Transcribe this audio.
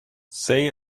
say